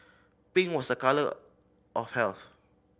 pink was a colour of health